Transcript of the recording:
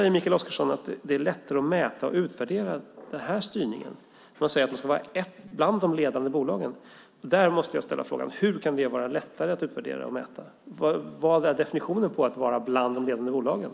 Mikael Oscarsson säger att det är lättare att mäta och utvärdera den här styrningen genom att tala om ett av de ledande bolagen. Hur kan det därigenom vara lättare att mäta och utvärdera? Vad är definitionen på detta med att vara bland de ledande bolagen?